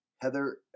Heather